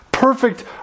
Perfect